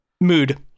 mood